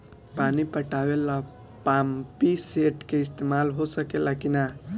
पानी पटावे ल पामपी सेट के ईसतमाल हो सकेला कि ना?